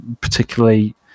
particularly